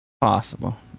Possible